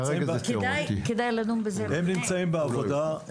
הם נמצאים בעבודה,